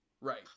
right